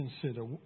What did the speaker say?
consider